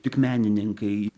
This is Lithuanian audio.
tik menininkai